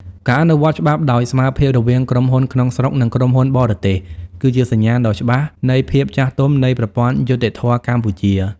ការអនុវត្តច្បាប់ដោយស្មើភាពរវាងក្រុមហ៊ុនក្នុងស្រុក និងក្រុមហ៊ុនបរទេស គឺជាសញ្ញាណដ៏ច្បាស់នៃភាពចាស់ទុំនៃប្រព័ន្ធយុត្តិធម៌កម្ពុជា។